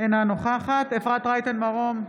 אינה נוכחת אפרת רייטן מרום,